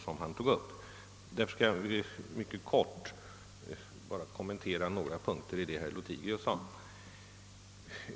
Därför skall jag endast mycket kort kommentera några punkter i vad herr Lothigius sade.